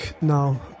now